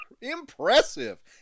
Impressive